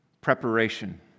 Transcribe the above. preparation